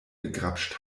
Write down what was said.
gegrapscht